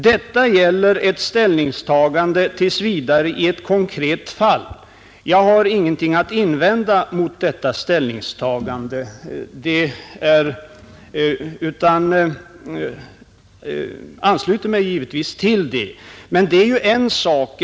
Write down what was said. Detta gäller ett ställningstagande tills vidare i ett konkret fall. Jag har ingenting att invända mot detta ställningstagande utan ansluter mig givetvis till det. Men det är en sak.